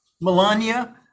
Melania